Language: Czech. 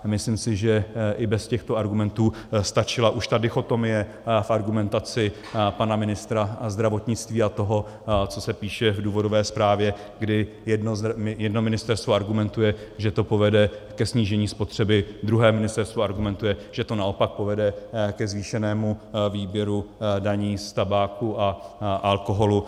Myslím si, že i bez těchto argumentů stačila už ta dichotomie v argumentaci pana ministra zdravotnictví a toho, co se píše v důvodové zprávě, kdy jedno ministerstvo argumentuje, že to povede ke snížení spotřeby, druhé ministerstvo argumentuje, že to naopak povede ke zvýšenému výběru daní z tabáku a alkoholu.